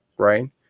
right